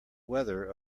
weather